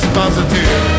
positive